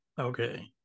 okay